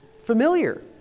familiar